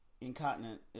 Incontinent